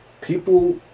people